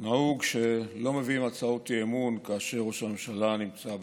נהוג שלא מביאים הצעות אי-אמון כאשר ראש הממשלה נמצא בחו"ל,